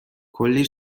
کلی